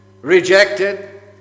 rejected